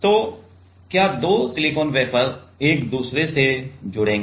तो क्या 2 silicon wafer एक दूसरे से जुड़ेंगे